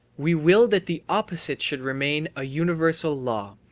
we will that the opposite should remain a universal law,